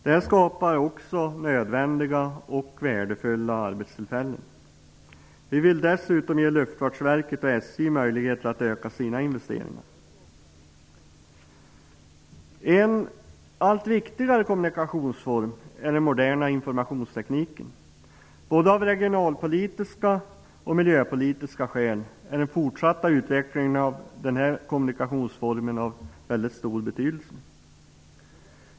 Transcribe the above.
Detta skulle också skapa nödvändiga och värdefulla arbetstillfällen. Vi vill dessutom ge Luftfartsverket och SJ möjligheter att öka sina investeringar. En allt viktigare kommunikationsform är den moderna informationstekniken. Både av regionalpolitiska och miljöpolitiska skäl är den fortsatta utvecklingen av denna kommunikationsform av mycket stor betydelse.